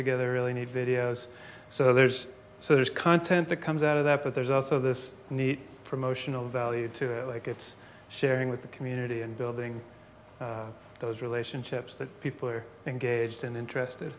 together really need videos so there's so there's content that comes out of that but there's also this neat promotional value to it like it's sharing with the community and building those relationships that people are engaged